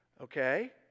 Okay